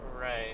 Right